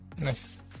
Nice